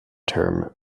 termed